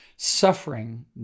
Suffering